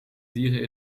dieren